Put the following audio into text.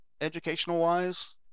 educational-wise